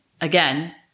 again